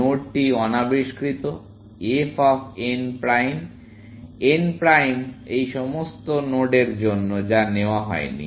নোডটি অনাবিষ্কৃত f of n prime n prime এই সমস্ত নোডএর জন্য যা নেওয়া হয়নি